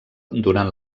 durant